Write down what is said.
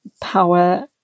power